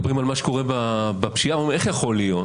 228. מדברים על מה שקורה בפשיעה ושואלים איך זה יכול להיות.